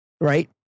right